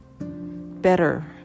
better